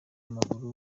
w’amaguru